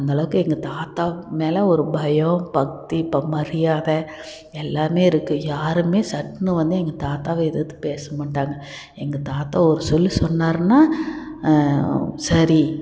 அந்தளவுக்கு எங்கள் தாத்தா மேலே ஒரு பயம் பக்தி இப்போ மரியாதை எல்லாமே இருக்கு யாருமே சட்டுன்னு வந்து எங்கள் தாத்தாவை வந்து எதிர்த்து பேசமாட்டாங்க எங்கள் தாத்தா ஒரு சொல்லு சொன்னாருன்னா சரி